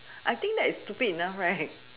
I think that is stupid enough right